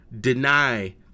deny